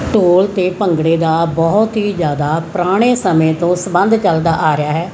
ਢੋਲ ਅਤੇ ਭੰਗੜੇ ਦਾ ਬਹੁਤ ਹੀ ਜ਼ਿਆਦਾ ਪੁਰਾਣੇ ਸਮੇਂ ਤੋਂ ਸੰਬੰਧ ਚੱਲਦਾ ਆ ਰਿਹਾ ਹੈ